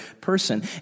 person